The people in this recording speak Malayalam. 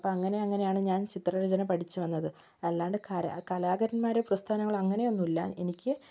അപ്പോൾ അങ്ങനെ അങ്ങനെയാണ് ഞാൻ ചിത്രരചന പഠിച്ചു വന്നത് അല്ലാണ്ട് കര കലാകാരന്മാരോ പ്രസ്ഥാനങ്ങളോ അങ്ങനെയൊന്നുമില്ല എനിക്ക്